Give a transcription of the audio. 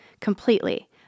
completely